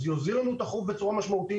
זה יוזיל לנו את החוב בצורה משמעותית.